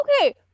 Okay